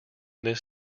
this